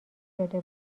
شده